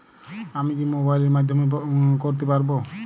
আমি কি মোবাইলের মাধ্যমে করতে পারব?